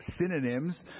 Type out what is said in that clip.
synonyms